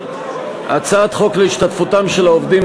הצעת חוק להשתתפותם של העובדים,